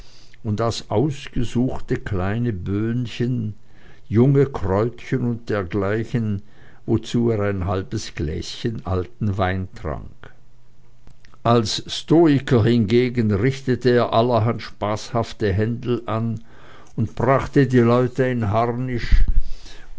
und aß ausgesuchte kleine böhnchen junge kräutchen und dergleichen wozu er ein halbes gläschen alten wein trank als stoiker hingegen richtete er allerhand spaßhafte händel an und brachte die leute in harnisch